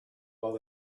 while